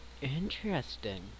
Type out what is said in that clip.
Interesting